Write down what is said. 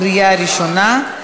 קריאה ראשונה.